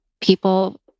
people